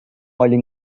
olha